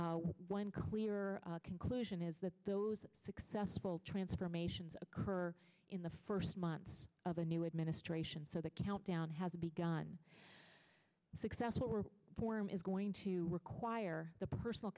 one clear conclusion is that those successful transformations occur in the first months of the new administration so the countdown has begun successful we're form is going to require the personal